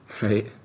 right